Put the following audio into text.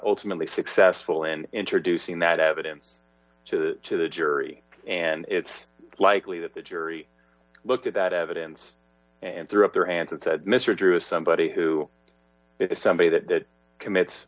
ltimately successful in introducing that evidence to the jury and it's likely that the jury looked at that evidence and threw up their hands and said mr drew if somebody who is somebody that commits